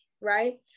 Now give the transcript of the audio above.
Right